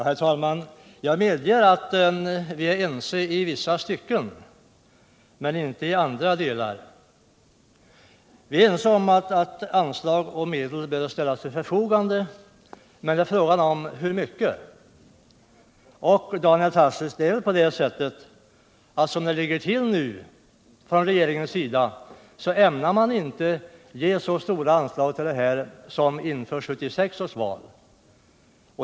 Herr talman! Jag medger att vi är ense i vissa stycken, men inte i andra delar. Vi är ense om att medel bör ställas till förfogande, men frågan gäller hur mycket. Och, Daniel Tarschys, som det nu ligger till tycks inte regeringen ämna ge så stora anslag för detta ändamål som inför 1976 års val.